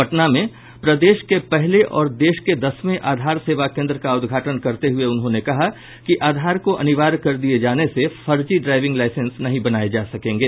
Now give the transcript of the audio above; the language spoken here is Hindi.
पटना में प्रदेश को पहले और देश के दसवें आधार सेवा केंद्र का उदघाटन करते हये उन्होंने कहा कि आधार को अनिवार्य कर दिए जाने से फर्जी ड्राइविंग लाइसेंस नहीं बनाए जा सकेंगे